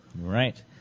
Right